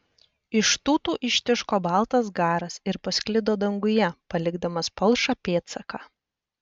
iš tūtų ištiško baltas garas ir pasklido danguje palikdamas palšą pėdsaką